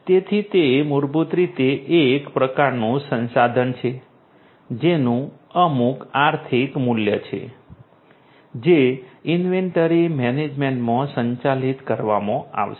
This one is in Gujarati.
તેથી તે મૂળભૂત રીતે એક પ્રકારનું સંસાધન છે જેનું અમુક આર્થિક મૂલ્ય છે જે ઇન્વેન્ટરી મેનેજમેન્ટમાં સંચાલિત કરવામાં આવશે